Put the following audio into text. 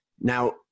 Now